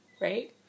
right